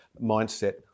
mindset